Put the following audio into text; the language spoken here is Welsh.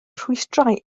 rhwystrau